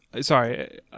sorry